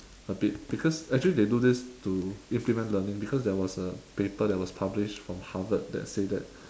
a bit because actually they do this to implement learning because there was a paper that was published from harvard that say that